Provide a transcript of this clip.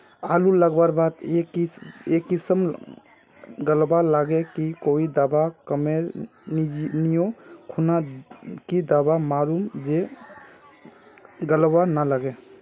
आलू लगवार बात ए किसम गलवा लागे की कोई दावा कमेर नि ओ खुना की दावा मारूम जे गलवा ना लागे?